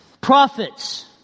prophets